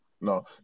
No